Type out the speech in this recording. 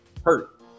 Hurt